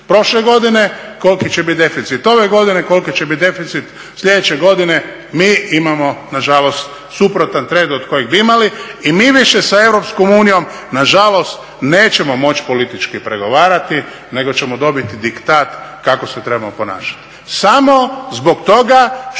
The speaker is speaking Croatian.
prošle godine koliki će biti deficit ove godine i koliki će biti deficit sljedeće godine, mi imamo nažalost suprotan trend od kojeg bi imali. I mi više sa EU nažalost nećemo moći politički pregovarati nego ćemo dobiti diktat kako se trebamo ponašati,